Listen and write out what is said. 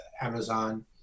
Amazon